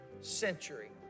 century